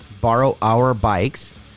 borrowourbikes